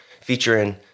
featuring